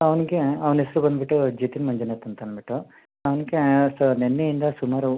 ಅವನಿಗೆ ಅವನು ಹೆಸ್ರು ಬಂದು ಬಿಟ್ಟು ಜಿತಿನ್ ಮಂಜುನಾಥ್ ಅಂತ ಅಂದ್ಬಿಟ್ಟು ಅವನಿಗೆ ಸರ್ ನಿನ್ನೆಯಿಂದ ಸುಮಾರು